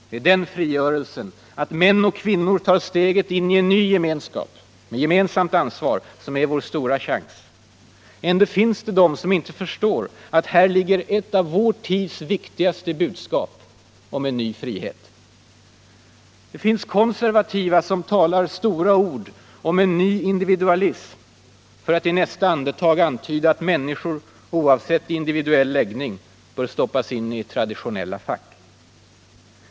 Det är den frigörelsen, att män och kvinnor tar steget in i en ny gemenskap med gemensamt ansvar, som är vår stora chans. Ändå finns de som inte förstår att här ligger ett av vår tids viktigaste budskap om en ny frihet. Det finns konservativa som talar stora ord om en ny individualism, för att i nästa andetag antyda att människor — oavsett individuell läggning — bör stoppas in i traditionella fack.